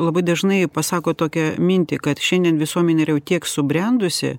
labai dažnai pasakot tokią mintį kad šiandien visuomenė yra jau tiek subrendusi